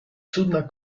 cudna